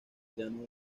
llano